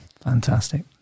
Fantastic